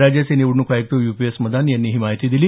राज्याचे निवडणूक आयुक्त यू पी एस मदान यांनी ही माहिती दिली